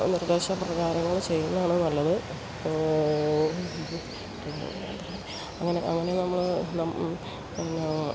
നിർദ്ദേശം പ്രകാരങ്ങൾ ചെയ്യുന്നതാണ് നല്ലത് അങ്ങനെ അങ്ങനെ നമ്മൾ പിന്നെ